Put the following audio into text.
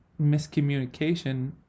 miscommunication